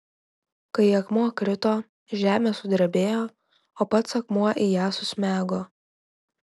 kai akmuo krito žemė sudrebėjo o pats akmuo į ją susmego